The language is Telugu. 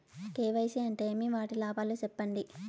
కె.వై.సి అంటే ఏమి? వాటి లాభాలు సెప్పండి?